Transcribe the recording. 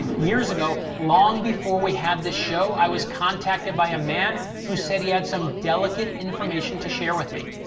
years ago, long before we had this show, i was contacted by a man who said he had some delicate information to share with me.